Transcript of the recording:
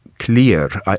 clear